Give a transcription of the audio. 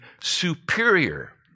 superior